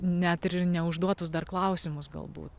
net ir į neužduotus dar klausimus galbūt